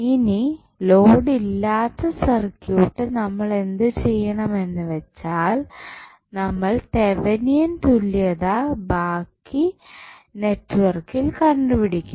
ഇനി ലോഡ് ഇല്ലാത്ത സർക്യൂട്ട് നമ്മളെന്തു ചെയ്യണം എന്ന് വെച്ചാൽ നമ്മൾ തെവനിയൻ തുല്യത ബാക്കി നെറ്റ്വർക്കിൽ കണ്ടുപിടിക്കണം